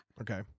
Okay